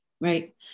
Right